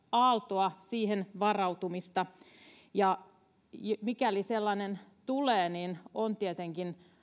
aaltoon varautumista mikäli sellainen tulee niin on tietenkin